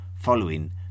following